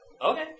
Okay